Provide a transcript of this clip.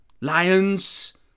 Lions